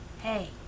Hey